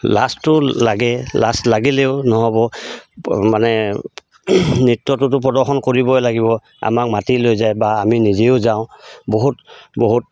লাজটো লাগে লাজ লাগিলেও নহ'ব মানে নৃত্যটোতো প্ৰদৰ্শন কৰিবই লাগিব আমাক মাতি লৈ যায় বা আমি নিজেও যাওঁ বহুত বহুত